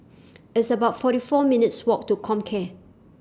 It's about forty four minutes' Walk to Comcare